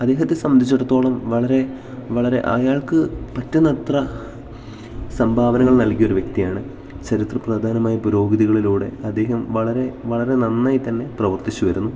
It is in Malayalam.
അദ്ദേഹത്തെ സംബന്ധിച്ചിടത്തോളം വളരെ വളരെ അയാൾക്ക് പറ്റുന്നത്ര സംഭാവനകൾ നൽകിയൊരു വ്യക്തിയാണ് ചരിത്ര പ്രധാനമായ പുരോഗതികളിലൂടെ അധികം വളരെ വളരെ നന്നായി തന്നെ പ്രവർത്തിച്ചുവരുന്നു